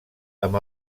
amb